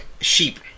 sheep